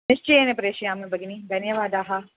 निश्चयेन प्रेषयामि भगिनी धन्यवादाः